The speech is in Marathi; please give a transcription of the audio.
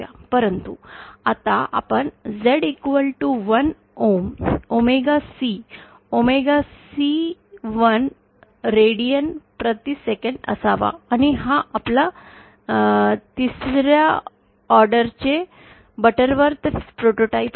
परंतु आता आपण Z11 ohm omega c omega 1 radian प्रति सेकंद असावा आणि हा आपल्या 3 रा चे ऑर्डर बटरवर्थ प्रोटोटाइप आहे